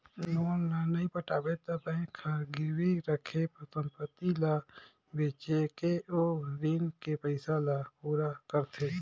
loan ल नइ पटाबे त बेंक हर गिरवी राखे संपति ल बेचके ओ रीन के पइसा ल पूरा करथे